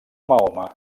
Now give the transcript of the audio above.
mahoma